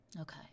Okay